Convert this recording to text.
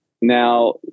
Now